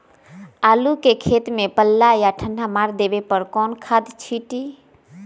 आलू के खेत में पल्ला या ठंडा मार देवे पर कौन खाद छींटी?